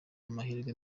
amahirwe